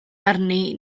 arni